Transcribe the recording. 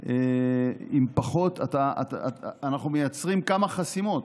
עם פחות, אנחנו מייצרים כמה חסימות: